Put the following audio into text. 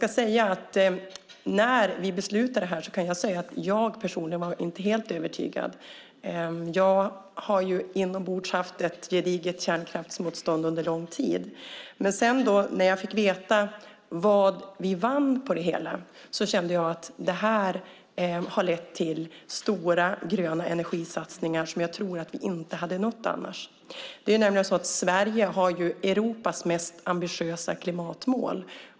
När vi beslutade det här var jag personligen inte helt övertygad. Jag har inombords haft ett gediget kärnkraftsmotstånd under lång tid, men när jag sedan fick veta vad vi vann på det hela kände jag att det här har lett till stora, gröna energisatsningar som jag tror att vi inte hade nått annars. Sverige har Europas mest ambitiösa klimatmål.